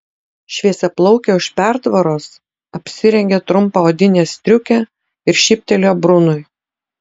šviesiaplaukė už pertvaros apsirengė trumpą odinę striukę ir šyptelėjo brunui